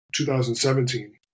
2017